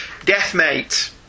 Deathmate